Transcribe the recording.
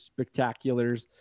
spectaculars